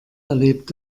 erlebt